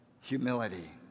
humility